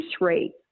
rate